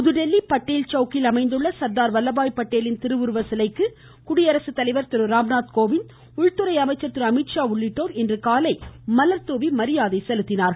புதுதில்லி படேல் சவுக்கில் அமைந்துள்ள சர்தார் வல்லபாய் படேலின் திருவுருவ சிலைக்கு குடியரசு தலைவர் திரு ராம்நாத் கோவிந்த் உள்துறை அமைச்சர் திரு அமீத்ஷா உள்ளிட்டோர் இன்றுகாலை மலர்தூவி மரியாதை செலுத்தினர்